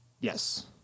yes